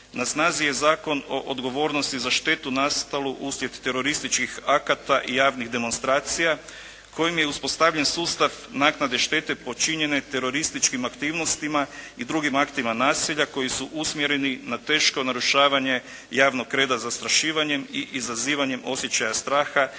na snazi je zakon o odgovornosti za štetu nastalu uslijed terorističkih akata i javnih demonstracija kojim je uspostavljen sustav naknade štete počinjene terorističkim aktivnostima i drugim aktima nasilja koji su usmjereni na teško narušavanje javnog reda zastrašivanjem i izazivanjem osjećaja straha